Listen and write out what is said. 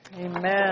amen